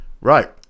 Right